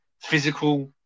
physical